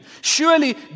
Surely